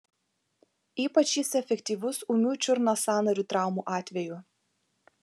ypač jis efektyvus ūmių čiurnos sąnario traumų atveju